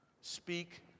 Speak